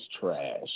trash